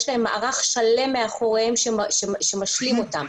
יש מערך שלם מאחוריהם שמשלים אותן.